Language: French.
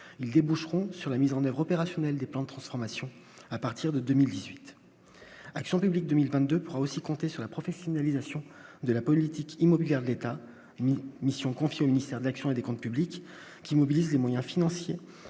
ils déboucheront sur la mise en oeuvre opérationnelle des plans transformation à partir de 2018 actions publique 2020, 2 pourra aussi compter sur la professionnalisation de la politique immobilière de l'État, ni mission confiée au ministère de l'action et des Comptes publics qui mobilise des moyens financiers